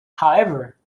however